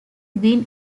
win